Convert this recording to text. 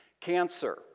Cancer